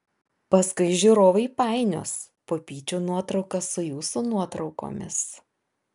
paskui žiūrovai painios pupyčių nuotraukas su jūsų nuotraukomis